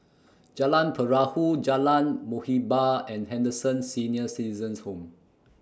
Jalan Perahu Jalan Muhibbah and Henderson Senior Citizens' Home